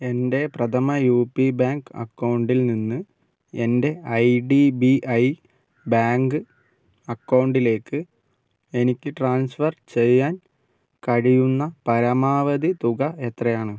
എൻ്റെ Prathama U P bank അക്കൗണ്ടിൽ നിന്ന് എൻ്റെ I D B I bank അക്കൗണ്ടിലേക്ക് എനിക്ക് ട്രാൻസ്ഫർ ചെയ്യാൻ കഴിയുന്ന പരമാവധി തുക എത്രയാണ്